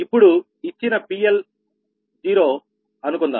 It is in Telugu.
ఇప్పుడు ఇచ్చిన PL0అనుకుందాం